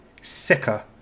sicker